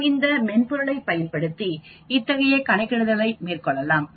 நாம் இந்த மென்பொருளை பயன்படுத்தி இத்தகைய கணக்கிடுதல் மேற்கொள்ளலாம்